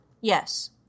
Yes